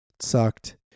sucked